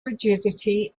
rigidity